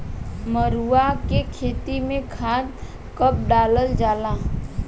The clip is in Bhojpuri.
मरुआ के खेती में खाद कब डालल जाला?